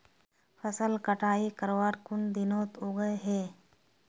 फसल कटाई करवार कुन दिनोत उगैहे?